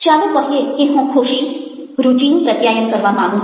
ચાલો કહીએ કે હું ખુશી રુચિનું પ્રત્યાયન કરવા માગું છું